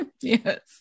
yes